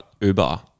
Uber